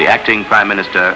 the acting prime minister